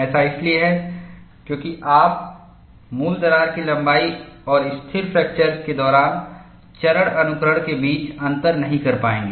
ऐसा इसलिए है क्योंकि आप मूल दरार की लंबाई और स्थिर फ्रैक्चर के दौरान चरण अनुकरण के बीच अंतर नहीं कर पाएंगे